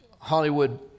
Hollywood